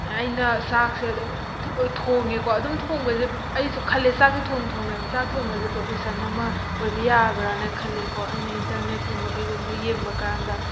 ꯑꯩꯅ ꯆꯥꯛꯁꯦ ꯑꯗꯨꯝ ꯊꯣꯡꯉꯦꯀꯣ ꯑꯗꯨꯝ ꯊꯣꯡꯕꯁꯦ ꯑꯩꯁꯨ ꯈꯜꯂꯦ ꯆꯥꯛꯁꯦ ꯊꯣꯡ ꯊꯣꯡꯅ ꯆꯥꯛ ꯊꯣꯡꯕꯁꯦ ꯄ꯭ꯔꯣꯐꯦꯁꯟ ꯑꯃ ꯑꯣꯏꯕ ꯌꯥꯕ꯭ꯔꯅ ꯈꯜꯂꯦꯀꯣ ꯑꯩꯅ ꯏꯟꯇꯔꯅꯦꯠꯀꯨꯝꯕ ꯀꯩꯒꯨꯝꯕꯗ ꯌꯦꯡꯕꯀꯥꯟꯗ